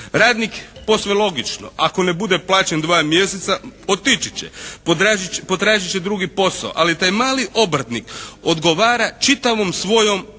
Radnik posve logično ako ne bude plaćen dva mjeseca otići će, potražit će drugi posao ali taj mali obrtnik odgovara čitavom svojom imovinom